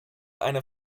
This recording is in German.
eine